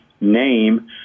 name